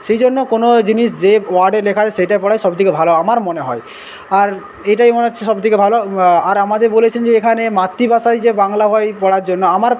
সেই জন্য কোনো জিনিস যে ওয়ার্ডে লেখা সেটা পড়াই সবথেকে ভালো আমার মনে হয় আর এইটাই মনে হচ্ছে সবথেকে ভালো আর আমাদের বলেছেন যে এখানে মাতৃভাষাই যে বাংলা পড়ার জন্য আমার